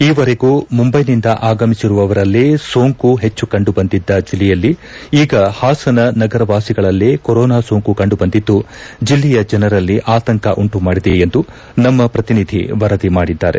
ಈವರೆಗೂ ಮುಂಬೈನಿಂದ ಆಗಮಿಸಿರುವವರಲ್ಲೇ ಸೋಂಕು ಹೆಚ್ಚು ಕಂಡು ಬಂದಿದ್ದ ಜಿಲ್ಲೆಯಲ್ಲಿ ಈಗ ಹಾಸನ ನಗರವಾಸಿಗಳಲ್ಲೇ ಕೊರೋನಾ ಸೋಂಕು ಕಂಡು ಬಂದಿದ್ದು ಜಿಲ್ಲೆಯ ಜನರಲ್ಲಿ ಆತಂಕ ಉಂಟು ಮಾಡಿದೆ ಎಂದು ನಮ್ಮ ಪ್ರತಿನಿಧಿ ವರದಿ ಮಾಡಿದ್ದಾರೆ